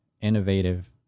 innovative